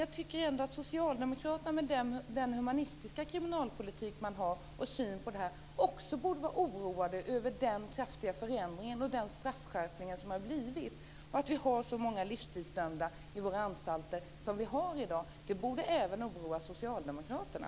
Jag tycker ändå att socialdemokraterna med sin humanistiska kriminalpolitik och syn på detta också borde vara oroade över den kraftiga förändringen och den straffskärpning som har skett och att vi har så många livstidsdömda på våra anstalter i dag. Det borde oroa även socialdemokraterna.